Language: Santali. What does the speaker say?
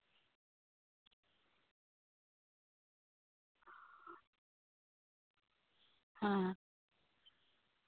ᱦᱮᱸ